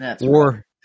War